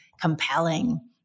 compelling